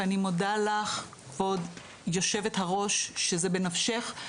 ואני מודה לך כבוד היו"ר שזה בנפשך,